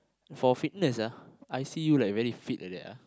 for fitness ah I see you like very fit like that ah